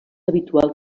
habitual